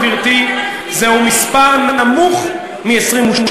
20 שרים, גברתי, זהו מספר נמוך מ-22,